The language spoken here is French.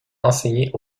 enseigner